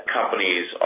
companies